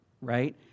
right